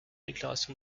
déclaration